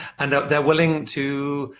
and they're willing to,